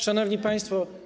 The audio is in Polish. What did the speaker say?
Szanowni Państwo!